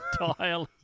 entirely